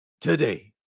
today